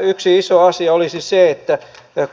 yksi iso asia olisi se että